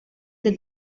the